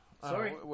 Sorry